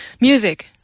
music